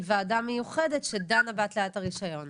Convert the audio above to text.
היא ועדה מיוחדת שדנה בהתליית הרישיון.